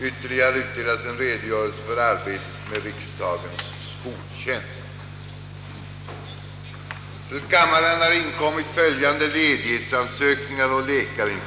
Ytterligare har utdelats en redogörelse för arbetet med riksdagens skoltjänst.